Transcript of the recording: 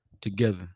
together